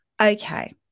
okay